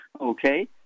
Okay